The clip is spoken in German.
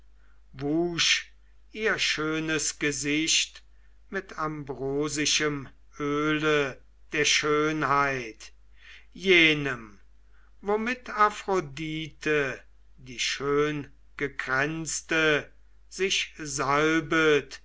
wusch ihr schönes gesicht mit ambrosischem öle der schönheit jenem womit aphrodite die schöngekränzte sich salbet